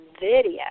video